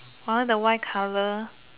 I want the white color